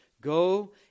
Go